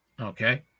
Okay